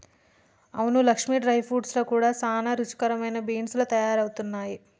అవును Lakshmi dry fruits లో కూడా సానా రుచికరమైన బీన్స్ లు తయారవుతున్నాయి